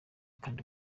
kandi